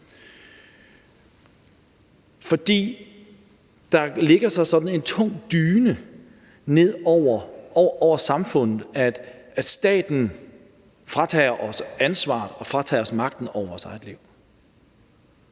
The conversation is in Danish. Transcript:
For der lægger sig en tung dyne ned over samfundet, når staten fratager os ansvaret og fratager os magten over vores eget liv.